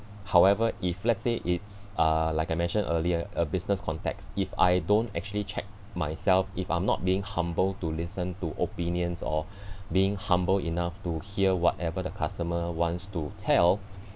however if let's say it's uh like I mentioned earlier a business context if I don't actually check myself if I'm not being humble to listen to opinions or being humble enough to hear whatever the customer wants to tell